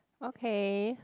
okay